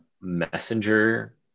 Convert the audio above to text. Messenger